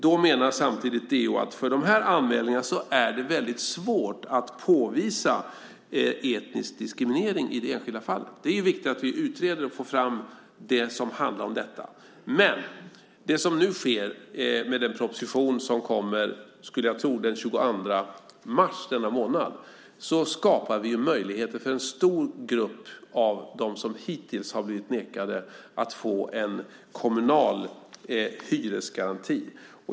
DO menar att för de anmälningarna är det väldigt svårt att påvisa etnisk diskriminering i det enskilda fallet. Det är ju viktigt att vi utreder och får fram det som handlar om detta. Men det som nu sker med den proposition som kommer, skulle jag tro, den 22 mars, denna månad, så skapar vi ju möjligheter för en stor grupp av dem som hittills har blivit nekade att få en kommunal hyresgaranti.